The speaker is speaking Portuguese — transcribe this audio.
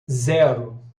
zero